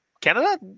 Canada